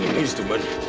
is the money?